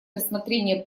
рассмотрение